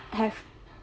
have